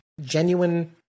genuine